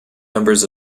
numbers